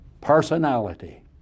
personality